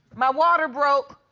my water broke.